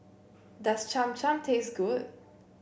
does Cham Cham taste good